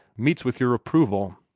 meets with your approval?